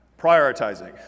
prioritizing